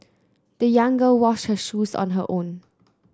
the young girl washed her shoes on her own